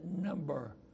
number